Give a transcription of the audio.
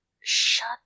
Shut